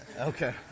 Okay